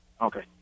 Okay